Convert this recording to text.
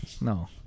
no